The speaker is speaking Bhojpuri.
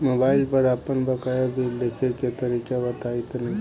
मोबाइल पर आपन बाकाया बिल देखे के तरीका बताईं तनि?